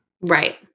Right